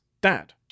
dad